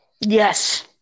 Yes